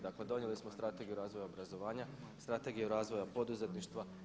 Dakle, donijeli smo Strategiju razvoja obrazovanja, Strategiju razvoja poduzetništva.